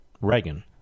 Reagan